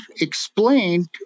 explained